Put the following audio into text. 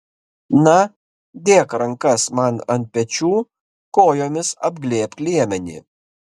na dėk rankas man ant pečių kojomis apglėbk liemenį